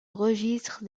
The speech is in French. registre